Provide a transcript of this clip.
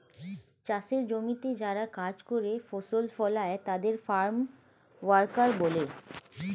চাষের জমিতে যারা কাজ করে, ফসল ফলায় তাদের ফার্ম ওয়ার্কার বলে